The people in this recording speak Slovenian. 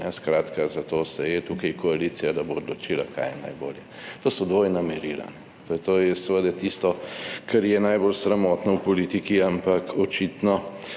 Skratka, zato je tukaj koalicija, da bo odločila kaj je najbolje. To so dvojna merila. To je seveda tisto, kar je najbolj sramotno v politiki, ampak očitno